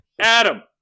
Adam